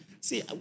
see